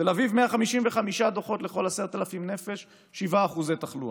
בתל אביב, 155 דוחות לכל 10,000 נפש, 7% תחלואה,